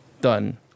Done